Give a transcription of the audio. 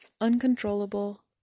uncontrollable